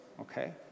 okay